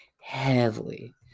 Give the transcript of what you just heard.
heavily